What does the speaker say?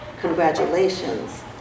Congratulations